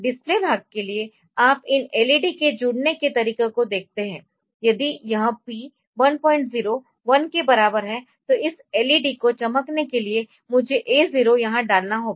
display भाग के लिए आप इन एलईडी के जुड़ने के तरीके को देखते है यदि यह P 10 1 के बराबर है तो इस LED को चमकाने के लिए मुझे A0 यहाँ डालना होगा